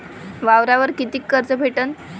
वावरावर कितीक कर्ज भेटन?